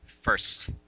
first